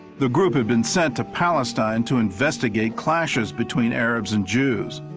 the group had been sent to palestine to investigate clashes between arabs and jews.